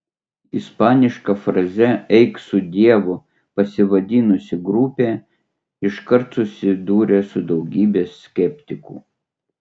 ispaniška fraze eik su dievu pasivadinusi grupė iškart susidūrė su daugybe skeptikų